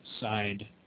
side